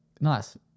nice